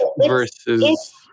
versus